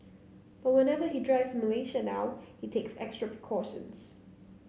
but whenever he drives Malaysia now he takes extra precautions